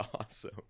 awesome